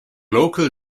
local